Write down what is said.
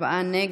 לא נתקבלה.